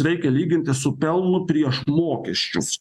reikia lyginti su pelnu prieš mokesčius